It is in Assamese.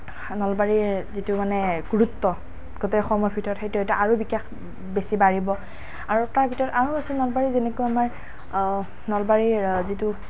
নলবাৰীৰ যিটো মানে গুৰুত্ব গোটেই অসমৰ ভিতৰত সেইটো এটা আৰু বিকাশ বেছি বাঢ়িব আৰু তাৰ ভিতৰত আৰু আছে নলবাৰী যেনেকুৱা আমাৰ নলবাৰীৰ যিটো